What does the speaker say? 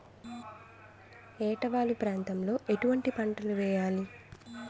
ఏటా వాలు ప్రాంతం లో ఎటువంటి పంటలు వేయాలి?